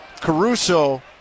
caruso